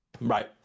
right